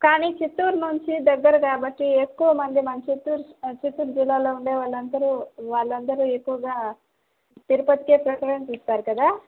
కానీ చిత్తూరు నుంచి దగ్గర కాబట్టి ఎక్కువ మంది మన చిత్తూరు మన చిత్తూరు జిల్లాలో ఉండే అందరు వాళ్ళందరూ వాళ్ళందరూ ఎక్కువగా తిరుపతికే ప్రిఫెరెన్సు ఇస్తారు కదా